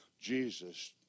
Jesus